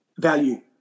value